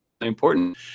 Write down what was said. important